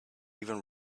even